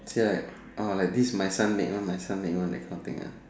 say like ah like this my son make one my son make one that kind of thing right